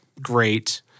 great